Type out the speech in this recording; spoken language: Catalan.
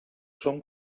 som